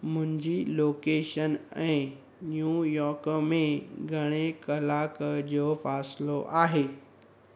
मुंहिंजी लोकेशन ऐं new York में घणे कलाक जो फ़ासिलो आहे